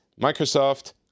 Microsoft